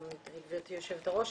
גברתי היושבת ראש.